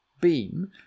beam